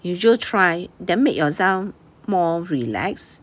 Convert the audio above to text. you 就 try then make yourself more relaxed